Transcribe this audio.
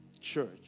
church